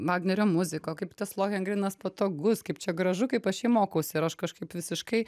vagnerio muzika kaip tas lohengrinas patogus kaip čia gražu kaip aš jį mokaus ir aš kažkaip visiškai